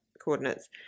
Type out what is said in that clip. coordinates